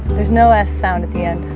there's no s sound at the end